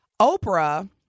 Oprah